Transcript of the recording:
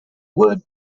word